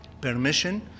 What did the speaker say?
permission